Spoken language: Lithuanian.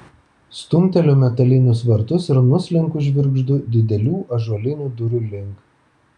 stumteliu metalinius vartus ir nuslenku žvirgždu didelių ąžuolinių durų link